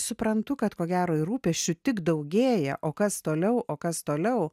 suprantu kad ko gero ir rūpesčių tik daugėja o kas toliau o kas toliau